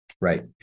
Right